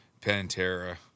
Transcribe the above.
Pantera